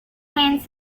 hand